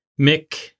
Mick